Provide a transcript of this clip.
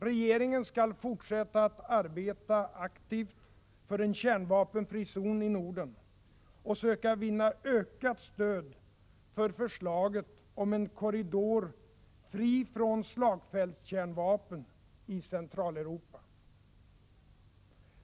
Regeringen skall fortsätta att arbeta aktivt för en kärnvapenfri zon i Norden och söka vinna ökat stöd för förslaget om en korridor fri från slagfältskärnvapen i Centraleuropa.